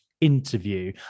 interview